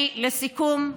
לסיכום,